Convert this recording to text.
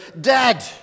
Dad